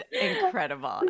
incredible